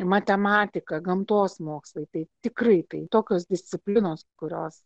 matematika gamtos mokslai tai tikrai tai tokios disciplinos kurios